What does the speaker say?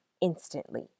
instantly